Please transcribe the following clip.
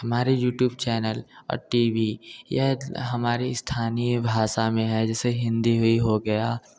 हमारे YouTube channel और TV यह हमारे स्थानीय भाषा में है जैसे हिन्दी हुई हो गया